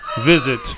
visit